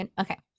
okay